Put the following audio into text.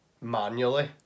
Manually